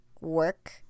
work